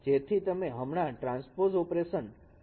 જેથી તમે હમણાં ટ્રાન્સપોઝ ઓપરેશન કરી શકો છો